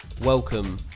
Welcome